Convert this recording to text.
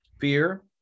fear